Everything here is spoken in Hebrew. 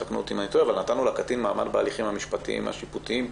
תקנו אותי אם אני טועה, נתנו לקטין מעמד בהליכים המשפטיים השיפוטיים פה,